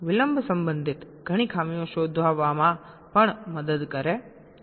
વિલંબ સંબંધિત ઘણી ખામીઓ શોધવામાં પણ મદદ કરે છે